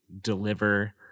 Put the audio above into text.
deliver